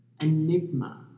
enigma